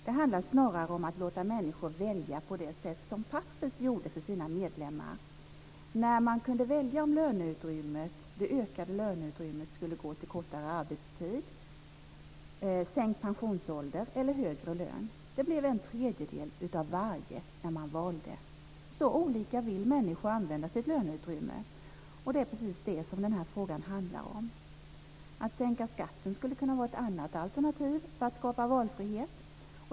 Det handlar snarare om att låta människor välja på det sätt som Pappers gjorde i fråga om sina medlemmar när dessa kunde välja om det ökade löneutrymmet skulle gå till kortare arbetstid, sänkt pensionsålder eller högre lön. Det blev en tredjedel av varje när man valde. Så olika vill människor använda sitt löneutrymme, och det är precis det som den här frågan handlar om. Att sänka skatten skulle kunna vara ett annat alternativ för att skapa valfrihet.